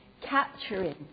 capturing